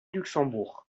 luxembourg